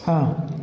हाँ